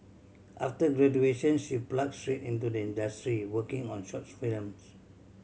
after graduation she plunged straight into the industry working on short films